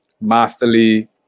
masterly